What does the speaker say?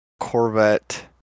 Corvette